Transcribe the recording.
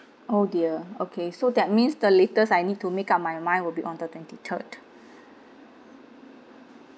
oh dear okay so that means the latest I need to make up my mind will be on the twenty third